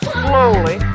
slowly